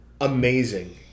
amazing